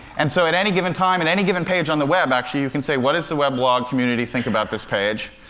and so at any given time, on and any given page on the web, actually, you can say, what does the weblog community think about this page?